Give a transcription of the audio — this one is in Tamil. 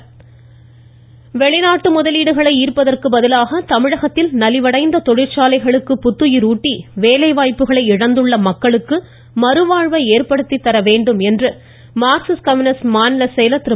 மமம பாலகிருஷ்ணன் வெளிநாட்டு முதலீடுகளை ஈர்ப்பதற்கு பதிலாக தமிழகத்தில் நலிவடைந்த தொழிற்சாலைகளுக்கு புத்துயிர் ஊட்டி வேலை வாய்ப்புகளை இழந்துள்ள மக்களுக்கு மறுவாழ்வை ஏற்படுத்தி தர வேண்டும் என்று மார்க்சிஸ்ட் கம்யூனிஸ்ட் கட்சியின் மாநில செயலர் திரு